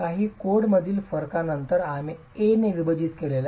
काही कोडमधील फरकानंतर आम्ही A ने विभाजित केलेल्या 0